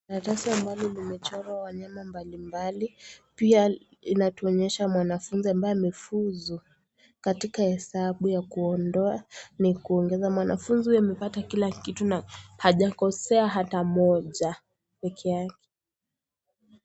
Karatasi ambayo imechorwa wanyama mbalibali, pia inatuonyesha wanafunzi ambaye amefuzu katika hesabu ya kuondoa na kuongeza. Mwanafunzi amepata kila kitu na hajakosea hata moja.